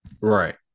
right